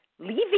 leaving